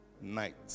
night